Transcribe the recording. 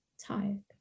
tired